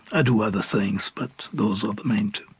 ah do other things, but those are the main two